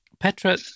Petra